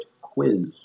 quiz